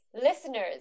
listeners